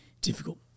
difficult